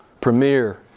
premier